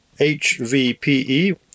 HVPE